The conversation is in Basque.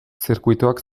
zirkuituak